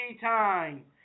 time